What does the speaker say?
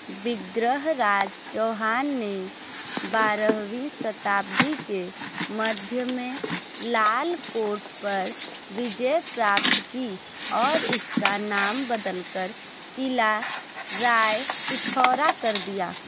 विग्रहराज चौहान ने बारहवीं शताब्दी के मध्य में लाल कोट पर विजय प्राप्त की और इसका नाम बदलकर किला राय पिथौरा कर दिया